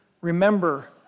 remember